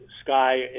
Sky